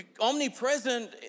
omnipresent